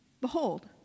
behold